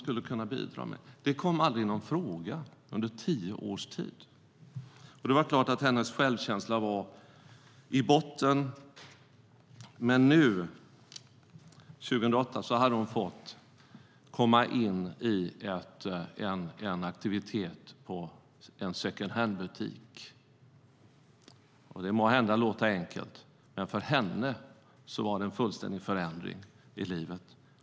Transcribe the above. Under tio år kom det aldrig en fråga. Hennes självkänsla var i botten, men när vi träffades 2008 hade hon fått komma in i en aktivitet på en second hand-butik. Det kan måhända låta enkelt, men för henne var det en fullständig förändring i livet.